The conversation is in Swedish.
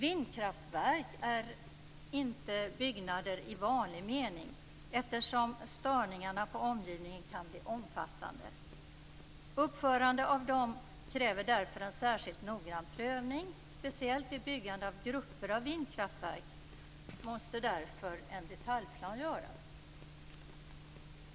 Vindkraftverk är inte byggnader i vanlig mening, eftersom störningarna på omgivningen kan bli omfattande. Uppförande av dem kräver därför en särskilt noggrann prövning. Speciellt vid byggande av grupper av vindkraftverk måste därför en detaljplan göras.